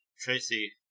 Tracy